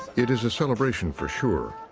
it is a celebration, for sure,